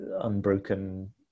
unbroken